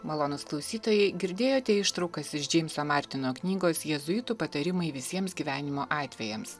malonūs klausytojai girdėjote ištraukas iš džeimso martino knygos jėzuitų patarimai visiems gyvenimo atvejams